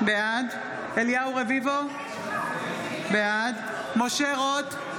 בעד אליהו רביבו, בעד משה רוט,